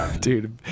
Dude